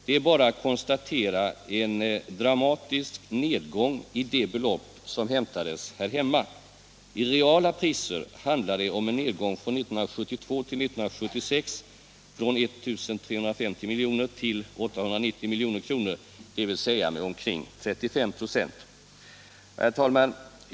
Det är bara att konstatera en dramatisk nedgång i det belopp som hämtades här hemma. I reala priser handlar det om en nedgång från 1972 till 1976 från 1 350 milj.kr. till 890 milj.kr., dvs. med omkring 35 96. Herr talman!